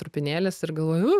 trupinėlis ir galvoju u